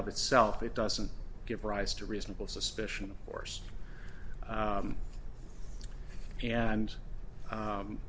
of itself it doesn't give rise to reasonable suspicion force and